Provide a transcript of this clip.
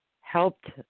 helped